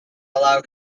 allow